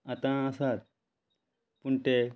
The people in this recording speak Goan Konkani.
आतां आसात पूण ते